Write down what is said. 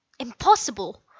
Impossible